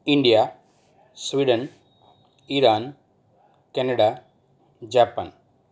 India Sweden Iran Canada Japan